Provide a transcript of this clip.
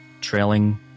trailing